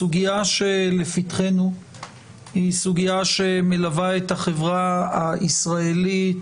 הסוגיה שלפתחנו היא סוגיה שמלווה את החברה הישראלית